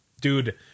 Dude